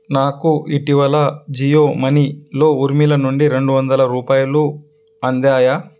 నాకు ఇటీవల జియో మనీలో ఊర్మిళ నుండి రెండు వందల రూపాయలు అందాయా